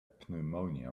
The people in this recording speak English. pneumonia